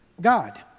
God